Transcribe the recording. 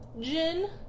Gin